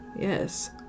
yes